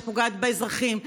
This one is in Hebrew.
שפוגעת באזרחים,